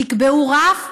תקבעו רף,